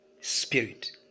spirit